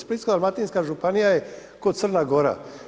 Splitsko-dalmatinska županija je ko Crna Gora.